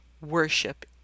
worship